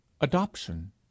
adoption